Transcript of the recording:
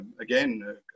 again